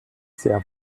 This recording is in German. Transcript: sehr